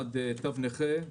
או תו נכה,